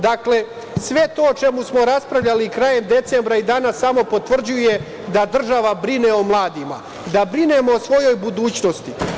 Dakle, sve to o čemu smo raspravljali krajem decembra i danas samo potvrđuje da država brine o mladima, da brinemo o svojoj budućnosti.